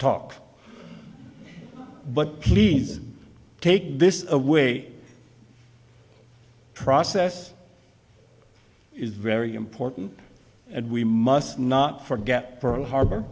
talk but please take this away process is very important and we must not forget pearl harbor